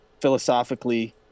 philosophically